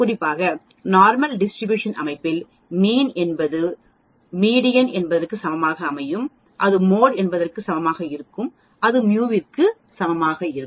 குறிப்பாக normal distribution அமைப்பில் mean என்பது மீடியன் என்பது சமமாக அமையும் அது மோட் என்பதற்கு சமமாக இருக்கும் அது μ க்கு சமமாக இருக்கும்